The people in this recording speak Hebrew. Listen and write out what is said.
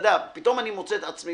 פתאום אני מוצא את עצמי